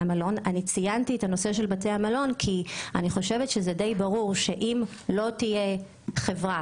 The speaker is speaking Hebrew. ציינתי את נושא בתי המלון כי זה די ברור שאם לא תהיה חברה